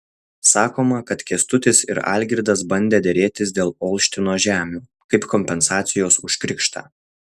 sakoma kad kęstutis ir algirdas bandę derėtis dėl olštino žemių kaip kompensacijos už krikštą